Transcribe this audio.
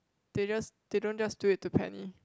they just they don't just do it to Penny